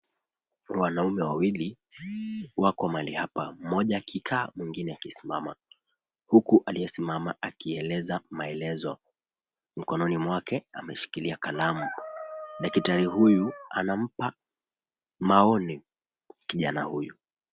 Wanaume wawili wako mahali hapa, mmoja akikaa, mwingine akisimama, huku aliyesimama akieleza maelezo. Mkononi mwake ameshikilia kalamu. Daktari huyu anampa maoni kijana huyu.